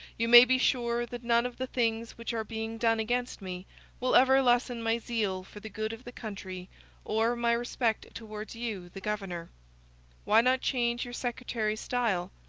you may be sure that none of the things which are being done against me will ever lessen my zeal for the good of the country or my respect towards you, the governor why not change your secretary's style?